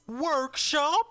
Workshop